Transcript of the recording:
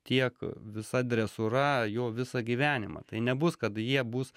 tiek visa dresūra jo visą gyvenimą tai nebus kad jie bus